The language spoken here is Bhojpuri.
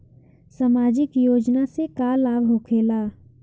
समाजिक योजना से का लाभ होखेला?